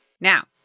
Now